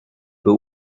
był